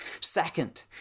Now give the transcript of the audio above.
Second